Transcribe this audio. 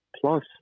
plus